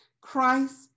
Christ